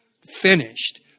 finished